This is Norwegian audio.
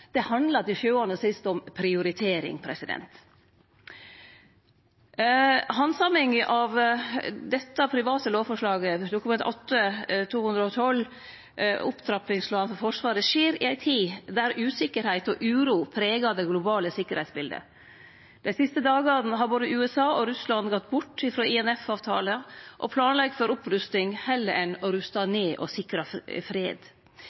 sist om prioritering. Handsaminga av dette forslaget, Dokument 8:212 S for 2017–2018, om ein opptrappingsplan for Forsvaret, skjer i ei tid då usikkerheit og uro pregar det globale sikkerheitsbiletet. Dei siste dagane har både USA og Russland gått bort frå INF-avtalen og planlegg for opprusting heller enn å ruste ned og sikre fred.